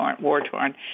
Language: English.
war-torn